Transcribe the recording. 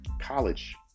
college